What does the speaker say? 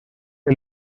que